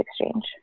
Exchange